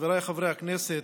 חבריי חברי הכנסת,